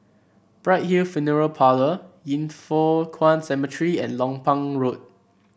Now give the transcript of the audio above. Bright Hill Funeral Parlour Yin Foh Kuan Cemetery and Lompang Road